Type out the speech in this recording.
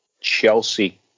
Chelsea